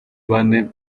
bane